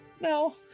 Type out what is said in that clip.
no